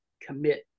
commit